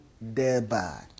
thereby